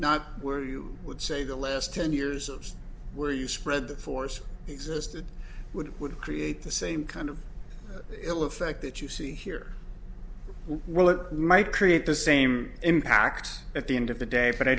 not where you would say the last ten years of where you spread the force existed would would create the same kind of ill effect that you see here well it might create the same impact at the end of the day but i